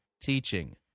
teaching